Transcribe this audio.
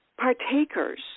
partakers